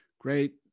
Great